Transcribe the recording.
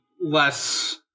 less